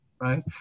Right